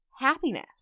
happiness